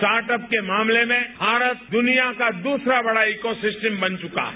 startup के मामले में भारत दुनिया का दूसरा बढ़ा इकोसिस्टम बन चुका है